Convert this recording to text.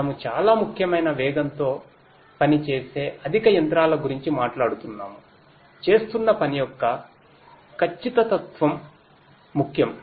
మనము చాలా ముఖ్యమైన వేగంతో పనిచేసే యంత్రాల గురించి మాట్లాడుతున్నాముచేస్తున్న పని యొక్క ఖచ్చితత్వం ముఖ్యం